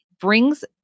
brings